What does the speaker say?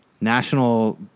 national